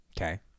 Okay